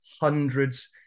hundreds